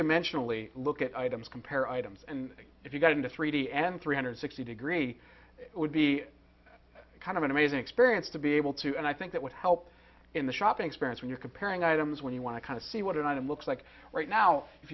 dimensionally look at items compare items and if you've got a three d and three hundred sixty degree it would be kind of an amazing experience to be able to and i think that would help in the shopping experience when you're comparing items when you want to kind of see what an item looks like right now if